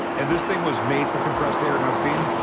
and this thing was made for compressed air, not steamed?